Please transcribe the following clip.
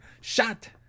shot